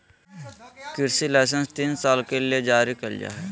कृषि लाइसेंस तीन साल ले जारी कइल जा हइ